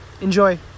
Enjoy